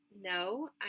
no